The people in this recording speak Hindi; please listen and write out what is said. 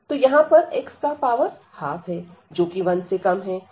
तो यहां पर x का पावर ½ है जोकि 1 से कम है